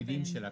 התפקידים שלה.